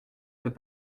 peut